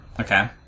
Okay